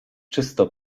czysto